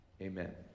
Amen